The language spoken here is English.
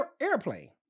airplane